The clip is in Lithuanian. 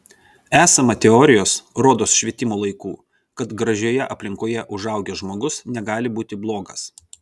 esama teorijos rodos švietimo laikų kad gražioje aplinkoje užaugęs žmogus negali būti blogas